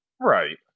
Right